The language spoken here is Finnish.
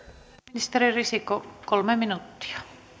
sisäministeri risikko kolme minuuttia